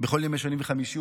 בכל ימי שני וחמישי,